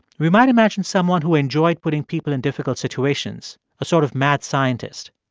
we might imagine someone who enjoyed putting people in difficult situations, a sort of mad scientist.